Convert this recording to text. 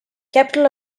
capital